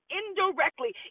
indirectly